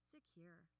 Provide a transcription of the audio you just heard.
Secure